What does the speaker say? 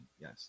yes